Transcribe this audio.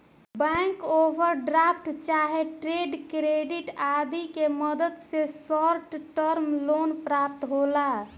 bank overdraft चाहे trade credit आदि के मदद से शॉर्ट टर्म लोन प्राप्त होला